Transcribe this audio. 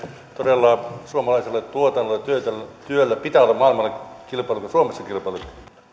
todella suomalaisella tuotannolla ja työllä pitää olla maailmalla ja suomessa kilpailukykyä